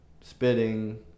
spitting